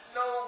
no